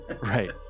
Right